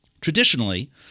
Traditionally